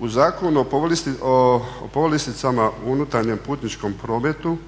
U Zakonu o povlasticama u unutarnjem putničkom prometu